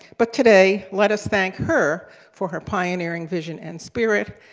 but today, let us thank her for her pioneering vision and spirit,